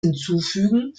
hinzufügen